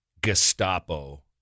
Gestapo